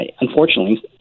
unfortunately